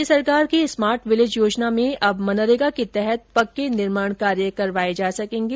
राज्य सरकार की स्मार्ट विलेज योजना में अब मनरेगा के तहत पक्के निर्माण कार्य करवाये जा सकेंगे